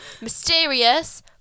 mysterious